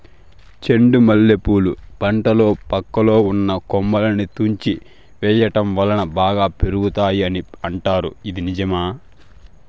చెండు మల్లె పూల పంటలో పక్కలో ఉన్న కొమ్మలని తుంచి వేయటం వలన బాగా పెరుగుతాయి అని అంటారు ఇది నిజమా?